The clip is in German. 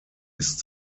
ist